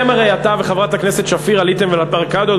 הרי אתה וחברת הכנסת שפיר עליתם על הבריקדות,